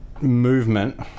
movement